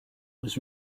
was